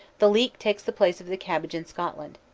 the leek takes the place of the cabbage in scotland.